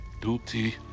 duty